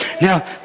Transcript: Now